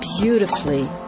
beautifully